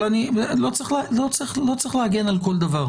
לא צריך להגן על כל דבר.